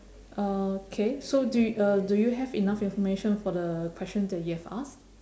okay so do uh do you have enough information for the question that you have asked